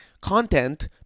content